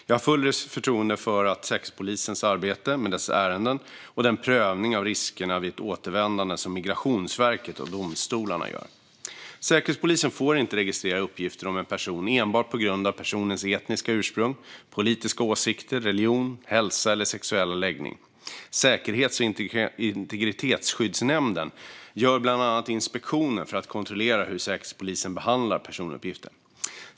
Jag har fullt förtroende för Säkerhetspolisens arbete med dessa ärenden och den prövning av riskerna vid ett återvändande som Migrationsverket och domstolarna gör. Säkerhetspolisen får inte registrera uppgifter om en person enbart på grund av personens etniska ursprung, politiska åsikter, religion, hälsa eller sexuella läggning. Säkerhets och integritetsskyddsnämnden gör bland annat inspektioner för att kontrollera hur Säkerhetspolisen behandlar personuppgifter.